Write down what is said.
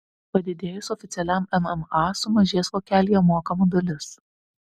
padidėjus oficialiam mma sumažės vokelyje mokama dalis